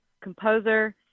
composer